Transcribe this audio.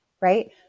right